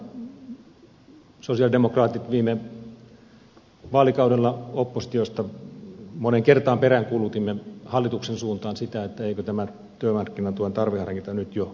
sosialidemokraatit viime vaalikaudella oppositiosta moneen kertaan peräänkuulutimme hallituksen suuntaan sitä eikö tämän työmarkkinatuen tarveharkinta nyt jo voitaisi poistaa